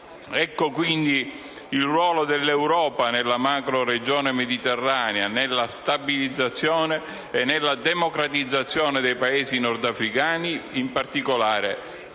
Ecco, quindi, il ruolo dell'Europa nella macroregione mediterranea, nella stabilizzazione e nella democratizzazione dei Paesi nordafricani, in particolare